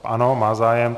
Ano, má zájem.